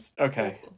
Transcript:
Okay